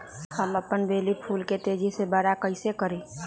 हम अपन बेली फुल के तेज़ी से बरा कईसे करी?